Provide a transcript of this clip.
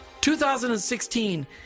2016